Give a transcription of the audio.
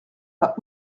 pas